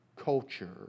culture